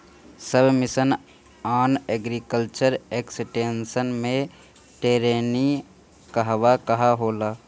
सब मिशन आन agriculture extension मै टेरेनीं कहवा कहा होला?